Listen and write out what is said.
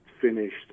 finished